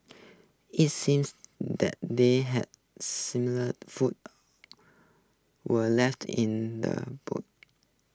IT seemed that they had smelt the food were left in the boot